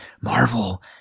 Marvel